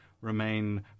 Remain